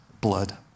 blood